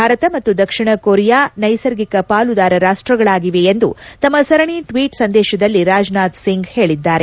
ಭಾರತ ಮತ್ತು ದಕ್ಷಿಣ ಕೋರಿಯಾ ನೈಸರ್ಗಿಕ ಪಾಲುದಾರ ರಾಷ್ಟಗಳಾಗಿವೆ ಎಂದು ತಮ್ಮ ಸರಣಿ ಟ್ವೀಟ್ ಸಂದೇಶದಲ್ಲಿ ರಾಜ್ನಾಥ್ ಸಿಂಗ್ ಹೇಳಿದ್ದಾರೆ